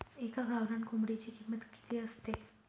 एका गावरान कोंबडीची किंमत किती असते?